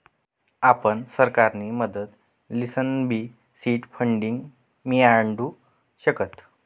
आपण सरकारनी मदत लिसनबी सीड फंडींग मियाडू शकतस